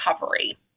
recovery